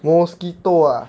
mosquito ah